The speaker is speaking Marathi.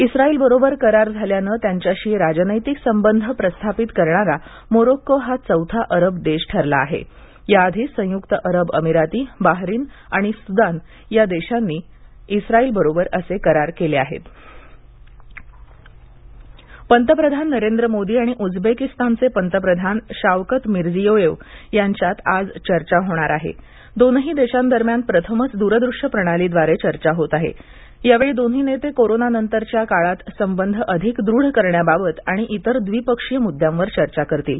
इस्राइलबरोबर करार झाल्यानं त्यांच्याशी राजनैतिक संबंध प्रस्थापित करणारा मोरोक्को हा चौथा अरब दक्षीठरला आहबाआधी संयुक्त अरब अमिराती बाहरीन आणि सुदान या दक्षानी इस्राइलबरोबर असक्तिरार कल्प्रिाहक्त मोदी उझबळिस्तान पंतप्रधान नरेंद्र मोदी आणि उझबक्रिस्तानच उंतप्रधान शावकत मिर्झीयोययांच्यात आज चर्चा होणार आह दोनही दर्शदिरम्यान प्रथमच दूरदृश्यप्रणालीद्वार िर्चा होत आह मावळी दोन्ही नत्तिक्रोरोनानंतरच्या काळात संबंध अधिक दृढ करण्याबाबत आणि इतर द्विपक्षीय मुद्द्यांवर चर्चा करतील